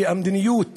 והמדיניות